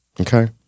Okay